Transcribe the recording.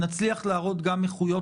נצליח להראות גם איכויות